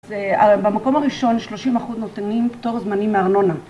במקום הראשון, 30 אחוז נותנים פטור זמני מארנונה